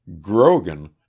Grogan